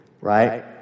right